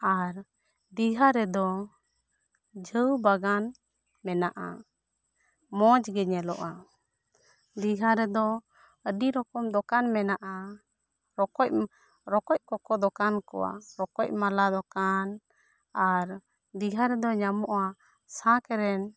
ᱟᱨ ᱫᱤᱜᱷᱟ ᱨᱮᱫᱚ ᱡᱷᱟᱹᱣ ᱵᱟᱜᱟᱱ ᱢᱮᱱᱟᱜ ᱟ ᱢᱚᱸᱡᱽ ᱜᱮ ᱧᱮᱞᱚᱜ ᱟ ᱫᱤᱜᱷᱟ ᱨᱮᱫᱚ ᱟᱹᱰᱤ ᱨᱚᱠᱚᱢ ᱫᱚᱠᱟᱱ ᱢᱮᱱᱟᱜ ᱟ ᱨᱚᱠᱚᱡ ᱨᱚᱠᱚᱡ ᱠᱚᱠᱚ ᱫᱚᱠᱟᱱ ᱠᱚᱣᱟ ᱨᱚᱠᱚᱡ ᱢᱟᱞᱟ ᱫᱚᱠᱟᱱ ᱟᱨ ᱫᱤᱜᱷᱟ ᱨᱮᱫᱚ ᱧᱟᱢᱚᱜ ᱟ ᱥᱟᱸᱠ ᱨᱮᱱ